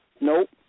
Nope